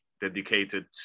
dedicated